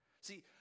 See